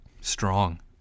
strong